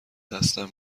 دست